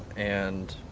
and.